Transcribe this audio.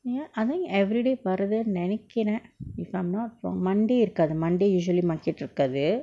ya I think everyday வருதுன்னு நினைக்குர:varuthunu ninaikura if I'm not wrong monday இருக்காது:irukathu monday usually market இருக்காது:irukathu